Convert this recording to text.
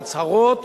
בהצהרות,